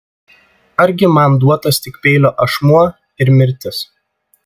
argi man duotas tik peilio ašmuo ir mirtis